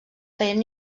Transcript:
feien